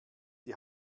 die